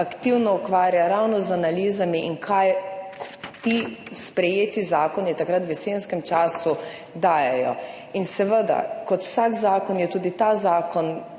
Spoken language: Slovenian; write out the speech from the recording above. aktivno ukvarja ravno z analizami, kaj ti sprejeti zakoni takrat v jesenskem času dajejo. In seveda, kot vsak zakon tudi ta zakon